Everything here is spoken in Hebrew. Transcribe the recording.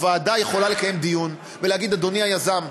הוועדה יכולה לקיים דיון ולהגיד: אדוני היזם,